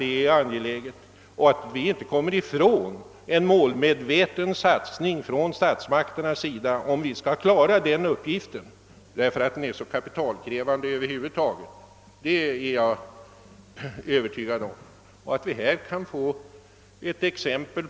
Jag är också övertygad om att staten måste göra en målmedveten satsning för att den uppgiften skall kunna klaras, ty den måste ju vara utomordentligt kapitalkrävande.